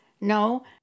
No